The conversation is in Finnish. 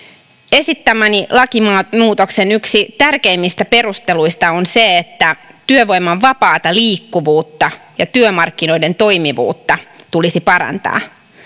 esittämäni lakimuutoksen yksi tärkeimmistä perusteluista on se että työvoiman vapaata liikkuvuutta ja työmarkkinoiden toimivuutta tulisi parantaa